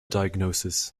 diagnosis